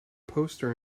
poster